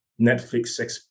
Netflix